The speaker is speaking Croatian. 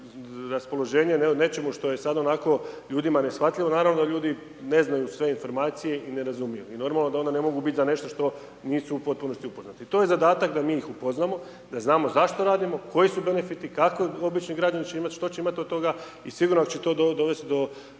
nečemu što je sad onako ljudima neshvatljivo, naravno da ljudi ne znaju sve informacije i ne razumiju i normalno da onda ne mogu biti da nešto što nisu u potpunosti upoznati. I to je zadatak da mi ih upoznamo, da znamo zašto radimo, koji su benefiti, kako obični građani će imati, što će imati o toga i sigurno da će to dovesti do